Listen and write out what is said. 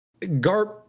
Garp